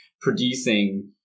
producing